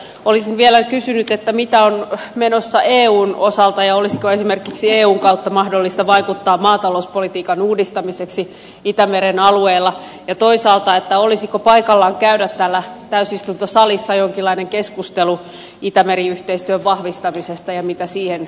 olisin vielä kysynyt mitä on menossa eun osalta ja olisiko esimerkiksi eun kautta mahdollista vaikuttaa maatalouspolitiikan uudistamiseksi itämeren alueella ja toisaalta olisiko paikallaan käydä täällä täysistuntosalissa jonkinlainen keskustelu itämeri yhteistyön vahvistamisesta ja siitä mitä siihen kuuluu